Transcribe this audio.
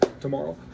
tomorrow